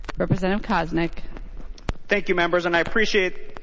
representative koznick thank you members. and i appreciate